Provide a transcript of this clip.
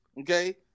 Okay